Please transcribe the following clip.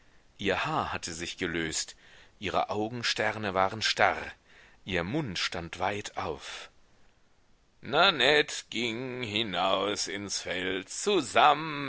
ihr haar hatte sich gelöst ihre augensterne waren starr ihr mund stand weit auf nanette ging hinaus ins feld zu